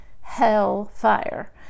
Hellfire